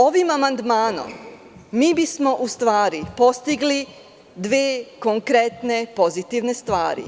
Ovim amandmanom mi bismo u stvari postigli dve konkretne pozitivne stvari.